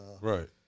right